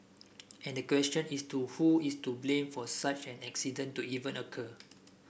and the question is to who is to blame for such an accident to even occur